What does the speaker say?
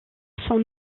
son